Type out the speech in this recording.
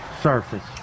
surface